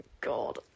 god